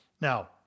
Now